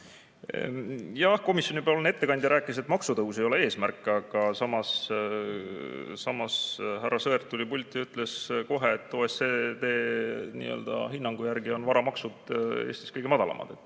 Jah, komisjoni ettekandja rääkis, et maksutõus ei ole eesmärk, aga samas härra Sõerd tuli pulti ja ütles kohe, et OECD hinnangu järgi on varamaksud Eestis kõige madalamad.